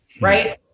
right